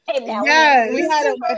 Yes